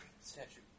Statue